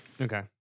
Okay